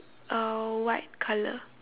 uh white colour